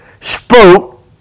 spoke